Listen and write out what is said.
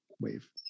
wave